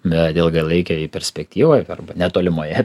bet ilgalaikėj perspektyvoj arba netolimoje